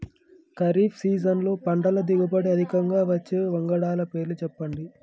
ఖరీఫ్ సీజన్లో పంటల దిగుబడి అధికంగా వచ్చే వంగడాల పేర్లు చెప్పండి?